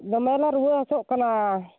ᱫᱚᱢᱮ ᱞᱮ ᱨᱩᱭᱟᱹ ᱦᱟᱹᱥᱩᱜ ᱠᱟᱱᱟ